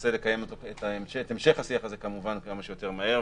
ננסה לקיים את המשך השיח הזה כמובן כמה שיותר מהר,